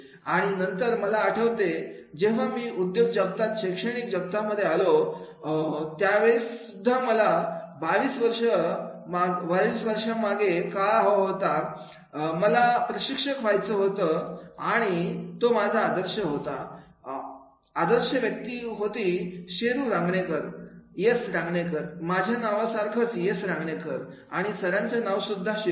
आणि नंतर मला आठवते जेव्हा मी उद्योग जगतातून शैक्षणिक जगतामध्ये आलो त्यावेळी सुद्धा मला बावीस वर्ष मागे काळ हवा होतामला प्रशिक्षक व्हायचं होतं आणि तो माझा आदर्श होता आदर्श व्यक्ती होती शेरु रांगणेकर एस रांगणेकर माझ्या नावा सारखंच एस रांगणेकर आणि सरांचं नाव सुद्धा शेरू